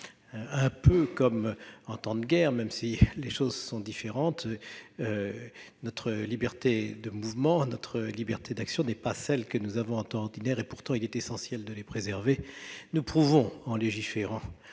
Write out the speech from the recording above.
un peu comme en temps de guerre- même si les circonstances sont différentes -, notre liberté de mouvement, notre liberté d'action ne sont pas celles dont nous disposons en temps ordinaire. Pourtant, il est essentiel de les préserver. En légiférant,